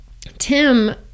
Tim